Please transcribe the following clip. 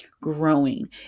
growing